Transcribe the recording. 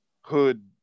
hood